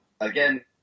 again